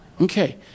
Okay